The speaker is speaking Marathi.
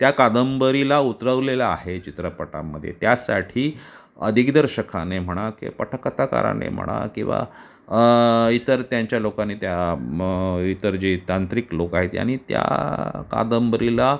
त्या कादंबरीला उतरवलेलं आहे चित्रपटामध्ये त्यासाठी दिग्दर्शकाने म्हणा की पटकथाकाराने म्हणा किंवा इतर त्यांच्या लोकांनी त्या मग इतर जे तांत्रिक लोकं आहेत यांनी त्या कादंबरीला